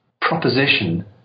proposition